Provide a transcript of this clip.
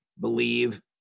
believe